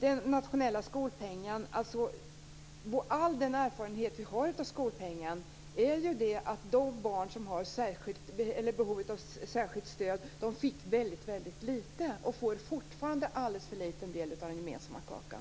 All erfarenhet vi har av skolpengen är att de barn som har behov av särskilt stöd fick väldigt lite, och fortfarande får de alldeles för liten del av den gemensamma kakan.